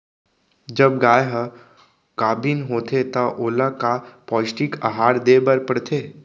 जब गाय ह गाभिन होथे त ओला का पौष्टिक आहार दे बर पढ़थे?